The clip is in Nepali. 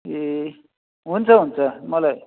ए हुन्छ हुन्छ मलाई